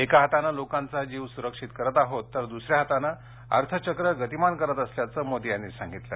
एका हाताने लोकांचा जीव सुरक्षित करत आहोत तर दुसऱ्या हाताने अर्थचक्र गतिमान करत असल्याचं मोदी यावेळी म्हणाले